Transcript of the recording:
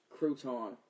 Crouton